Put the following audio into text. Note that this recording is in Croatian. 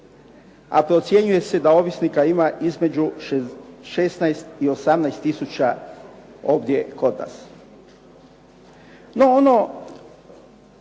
a procjenjuje se da ovisnika ima između 16 i 18000 ovdje kod nas. No ono